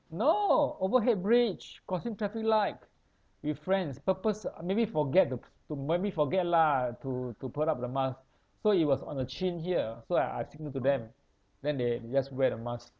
no overhead bridge crossing traffic light with friends purpose uh maybe forget to p~ to maybe forget lah to to put up the mask so it was on the chin here so I I signal to them then they just wear the masks